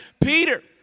Peter